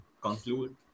conclude